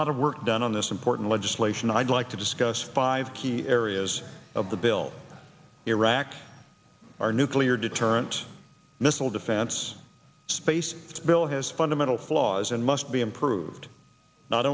lot of work done on this important legislation and i'd like to discuss five key areas of the bill iraq our nuclear deterrent missile defense space bill has fundamental flaws and must be improved not